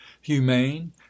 humane